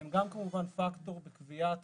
הן גם כמובן פקטור בקביעת